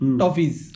toffees